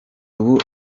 ubu